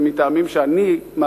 אבל אנחנו רוצים לבנות את בית-המקדש.